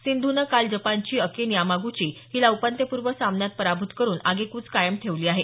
सिंधूनं काल जपानची अकेन यामागुची हिला उपांत्यपूर्व सामन्यात पराभूत करून आगेकूच कायम ठेवली आहे